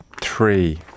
three